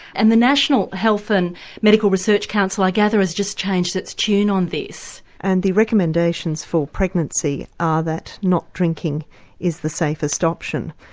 and the national health and medical research council i gather has just changed its tune on this. and the recommendations for pregnancy are that not drinking is the safest option.